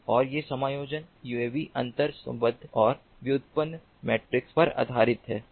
और ये समायोजन यूएवी अंतर सम्बन्ध और व्युत्पन्न मैट्रिक्स पर आधारित हैं